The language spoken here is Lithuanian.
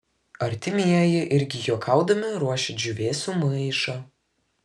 artimieji irgi juokaudami ruošia džiūvėsių maišą